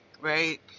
right